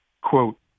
Quote